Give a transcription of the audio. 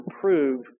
prove